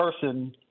person